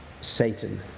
Satan